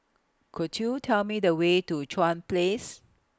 Could YOU Tell Me The Way to Chuan Place